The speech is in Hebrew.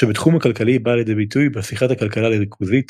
שבתחום הכלכלי באה לידי ביטוי בהפיכת הכלכלה לריכוזית